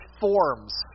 forms